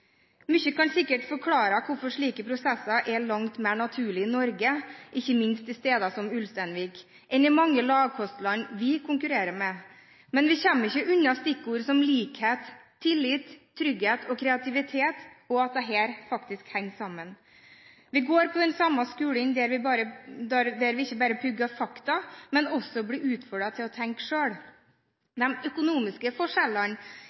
kan sikkert forklare hvorfor slike prosesser er langt mer naturlige i Norge, ikke minst i steder som Ulsteinvik, enn i mange lavkostland vi konkurrerer med. Men vi kommer ikke unna at stikkord som likhet, tillit, trygghet og kreativitet faktisk henger sammen. Vi går på den samme skolen der vi ikke bare pugger fakta, men også blir utfordret til å tenke selv. De økonomiske forskjellene